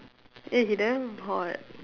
eh he damn hot